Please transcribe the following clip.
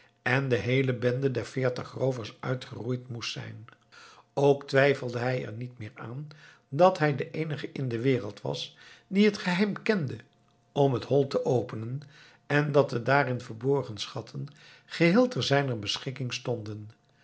en de heele bende der veertig roovers uitgeroeid moest zijn ook twijfelde hij er niet meer aan dat hij de eenige in de wereld was die het geheim kende om het hol te openen en dat de daarin verborgen schatten geheel te zijner beschikking stonden